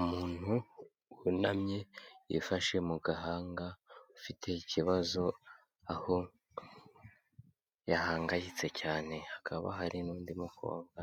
Umuntu wunamye yifashe mu gahanga, ufite ikibazo, aho yahangayitse cyane, hakaba hari n'undi mukobwa